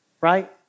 right